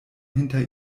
hinter